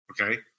Okay